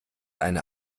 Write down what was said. eine